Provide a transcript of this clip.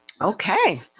Okay